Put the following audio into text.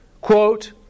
quote